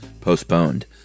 postponed